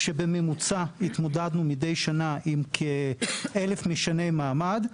בממוצע התמודדנו מידי שנה עם כ-1,000 משני מעמד,